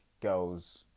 girls